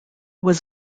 was